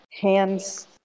hands